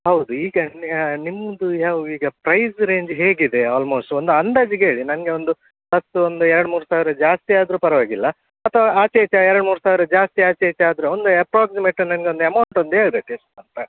ಹೌದು ಈಗ ನಿಮ್ಮದು ಯಾವ ಈಗ ಪ್ರೈಸ್ ರೇಂಜ್ ಹೇಗಿದೆ ಆಲ್ಮೋಸ್ಟ್ ಒಂದು ಅಂದಾಜಿಗೆ ಹೇಳಿ ನನಗೆ ಒಂದು ಮತ್ತು ಒಂದು ಎರಡು ಮೂರು ಸಾವಿರ ಜಾಸ್ತಿ ಆದರೂ ಪರವಾಗಿಲ್ಲ ಅಥವಾ ಆಚೆ ಈಚೆ ಎರಡು ಮೂರು ಸಾವಿರ ಜಾಸ್ತಿ ಆಚೆ ಈಚೆ ಆದ್ರೂ ಒಂದು ಎಪ್ರೋಕ್ಸಿಮೇಟ್ ನನ್ಗೆ ಒಂದು ಅಮೌಂಟ್ ಒಂದು ಹೇಳ್ಬೇಕು ಎಷ್ಟು ಅಂತ